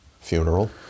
funeral